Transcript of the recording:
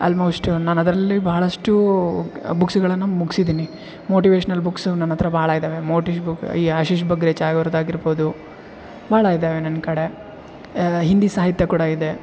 almost ನಾನು ಅದರಲ್ಲಿ ಬಹಳಷ್ಟು ಬುಕ್ಸ್ಗಳನ್ನು ಮುಗಿಸಿದ್ದೀನಿ ಮೋಟಿವೆಶ್ನಲ್ ಬುಕ್ಸ್ ನನ್ನಹತ್ರ ಬಹಳ ಇದ್ದಾವೆ ಮೋಟಿಶ್ ಬುಕ್ ಈ ಆಶೀಶ್ ಬಗ್ರಿಚಾ ಅವರ್ದು ಆಗಿರ್ಬೋದು ಭಾಳ ಇದ್ದಾವೆ ನನ್ನ ಕಡೆ ಹಿಂದಿ ಸಾಹಿತ್ಯ ಕೂಡ ಇದೆ